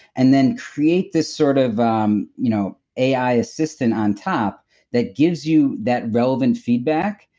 and then create this sort of um you know a i. assistant on top that gives you that relevant feedback,